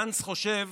גנץ חושב